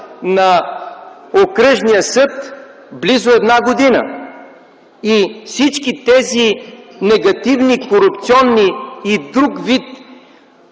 на Окръжния съд близо една година и всички тези негативни корупционни и друг вид